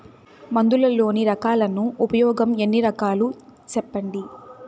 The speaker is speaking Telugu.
మందులలోని రకాలను ఉపయోగం ఎన్ని రకాలు? సెప్పండి?